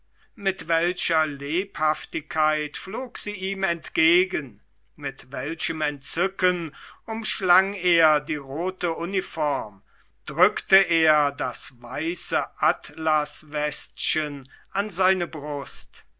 mit welcher lebhaftigkeit flog sie ihm entgegen mit welchem entzücken umschlang er die rote uniform drückte er das weiße atlaswestchen an seine brust